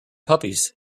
puppies